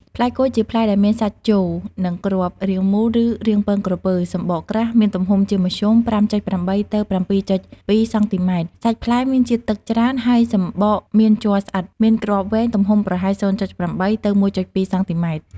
ផ្លែគុយ ជាផ្លែដែលមានសាច់ជោ និងគ្រាប់ រាងមូល ឬ រាងពងក្រពើ សំបកក្រាស់ មានទំហំជាមធ្យម ៥.៨ ទៅ ៧.២ សង់ទីម៉ែត្រ។ សាច់ផ្លែមានជាតិទឹកច្រើន ហើយសំបកមានជ័រស្អិត មានគ្រាប់វែង ទំហំប្រហែល ០.៨ទៅ១.២ សង់ទីម៉ែត្រ។